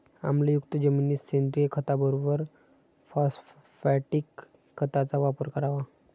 आम्लयुक्त जमिनीत सेंद्रिय खताबरोबर फॉस्फॅटिक खताचा वापर करावा